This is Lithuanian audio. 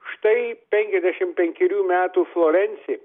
štai penkiasdešim penkerių metų florencė